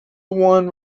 won